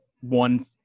one